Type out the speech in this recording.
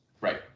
Right